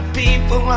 people